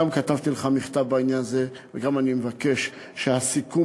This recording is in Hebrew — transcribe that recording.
גם כתבתי לך בעניין הזה וגם אני מבקש שהסיכום